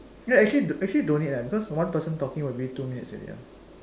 ya actually actually don't need leh because one person talking will be two minutes already ah